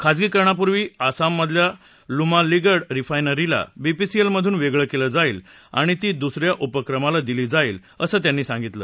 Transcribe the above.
खाजगीकरणापूर्वी आसाममधल्या नुमालीगड रिफायनरीला बीपीसीएलमधून वेगळं केलं जाईल आणि ती दुसऱ्या उपक्रमाला दिली जाईल असं त्यांनी सांगितलं